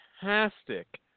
fantastic